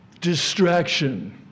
distraction